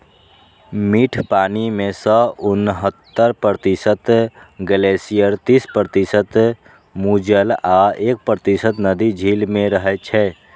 मीठ पानि मे सं उन्हतर प्रतिशत ग्लेशियर, तीस प्रतिशत भूजल आ एक प्रतिशत नदी, झील मे रहै छै